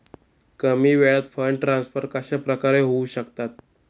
कमी वेळात fund transfer कशाप्रकारे होऊ शकतात?